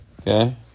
Okay